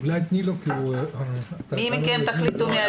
תודה רבה, טלי.